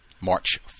March